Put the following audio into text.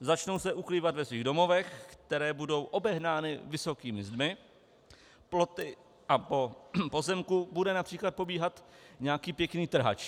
Začnou se ukrývat ve svých domovech, které budou obehnány vysokými zdmi, ploty a po pozemku bude např. pobíhat nějaký pěkný trhač.